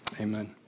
Amen